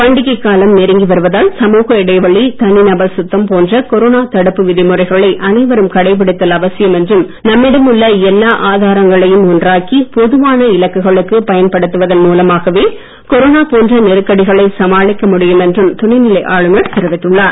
பண்டிகை காலம் நெருங்கி வருவதால் சமூக இடைவெளி தனிநபர் சுத்தம் போன்ற கொரோனா தடுப்பு விதிமுறைகளை அனைவரும் கடைபிடித்தல் அவசியம் என்றும் நம்மிடம் உள்ள எல்லா ஆதாரங்களையும் ஒன்றாக்கி பொதுவான இலக்குகளுக்கு பயன்படுத்துவதன் மூலமாகவே கொரோனா போன்ற நெருக்கடிகளை சமாளிக்க முடியும் என்றும் துணைநிலை ஆளுநர் தெரிவித்துள்ளார்